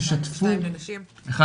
תשתפו,